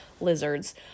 lizards